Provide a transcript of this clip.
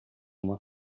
uma